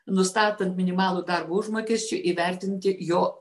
nustatant minimalų darbo užmokesčiu įvertinti jo